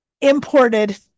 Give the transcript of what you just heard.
imported